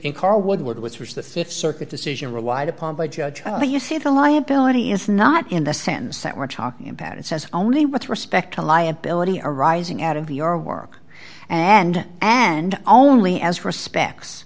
in car woodward was the th circuit decision relied upon by judge do you see the liability is not in the sense that we're talking about it says only with respect to liability arising out of your work and and only as respects